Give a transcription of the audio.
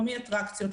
לא מאטרקציות,